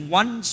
one